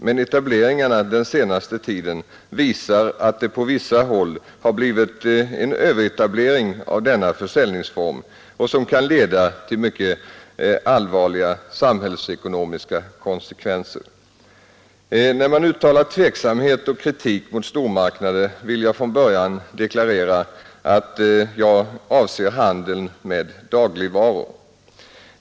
Men etableringarna den senaste tiden visar att det på vissa håll har blivit en överetablering av denna försäljningsform, som kan leda till mycket allvarliga sam hällsekonomiska konsekvenser. När man uttalar tveksamhet och kritik mot stormarknader vill jag från början deklarera att jag avser handeln med dagligvaror.